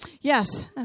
yes